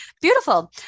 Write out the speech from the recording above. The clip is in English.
Beautiful